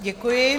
Děkuji.